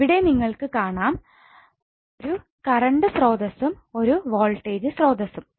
ഇവിടെ നിങ്ങൾക്ക് കാണാം നാം ഒരു കറണ്ട് സ്രോതസ്സും ഒരു വോൾട്ടേജ് സ്രോതസ്സും